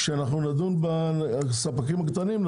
כשאנחנו נדון בספקים הקטנים,